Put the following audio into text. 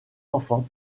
enfants